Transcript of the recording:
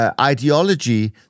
ideology